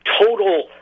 total